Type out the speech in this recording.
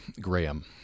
Graham